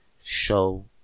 show